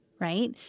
Right